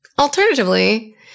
Alternatively